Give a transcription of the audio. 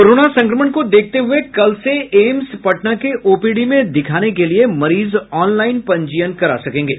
corona संक्रमण को देखते हुए कल से एम्स पटना के ओपीडी में दिखाने को लिए मरीज ऑनलाईन पंजीयन करा सकेंगे